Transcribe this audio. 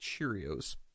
Cheerios